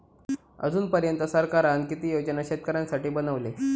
अजून पर्यंत सरकारान किती योजना शेतकऱ्यांसाठी बनवले?